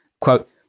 quote